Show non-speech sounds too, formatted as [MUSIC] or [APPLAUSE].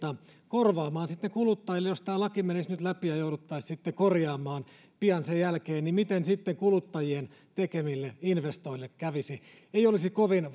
korvaamaan kuluttajille jos tämä laki menisi nyt läpi ja jouduttaisiin sitten korjaamaan pian sen jälkeen niin miten sitten kuluttajien tekemille investoinnille kävisi ei olisi kovin [UNINTELLIGIBLE]